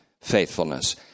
faithfulness